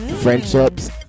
friendships